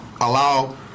Allow